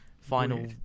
Final